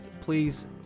Please